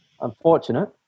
unfortunate